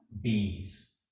Bees